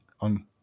on